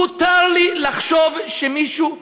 מותר לי לחשוב שמישהו,